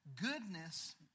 goodness